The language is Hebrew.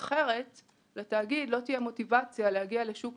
אחרת לתאגיד לא תהיה מוטיבציה להגיע לשוק